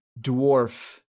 dwarf